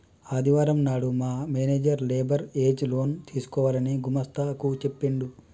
ఆదివారం నాడు మా మేనేజర్ లేబర్ ఏజ్ లోన్ తీసుకోవాలని గుమస్తా కు చెప్పిండు